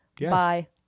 bye